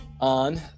on